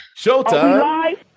showtime